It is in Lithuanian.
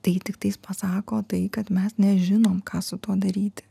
tai tiktais pasako tai kad mes nežinom ką su tuo daryti